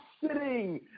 sitting